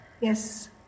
Yes